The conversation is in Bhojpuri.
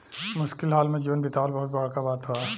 मुश्किल हाल में जीवन बीतावल बहुत बड़का बात बा